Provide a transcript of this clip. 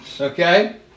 Okay